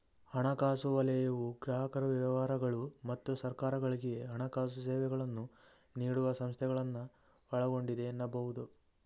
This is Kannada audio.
ಹಣಕಾಸು ವಲಯವು ಗ್ರಾಹಕರು ವ್ಯವಹಾರಗಳು ಮತ್ತು ಸರ್ಕಾರಗಳ್ಗೆ ಹಣಕಾಸು ಸೇವೆಗಳನ್ನ ನೀಡುವ ಸಂಸ್ಥೆಗಳನ್ನ ಒಳಗೊಂಡಿದೆ ಎನ್ನಬಹುದು